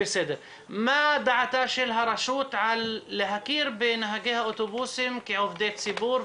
מה דעתה של הרשות על להכיר בנהגי האוטובוסים כעובדי ציבור,